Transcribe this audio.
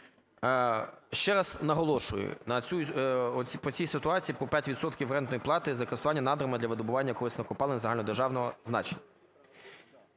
Ще раз наголошую, по цій ситуації, по 5 відсотків рентної плати за користування надрами для видобування корисних копалин загальнодержавного значення.